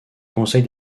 conseil